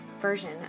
version